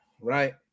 right